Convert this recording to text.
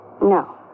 No